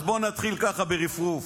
אז בואו נתחיל ככה ברפרוף.